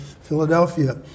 Philadelphia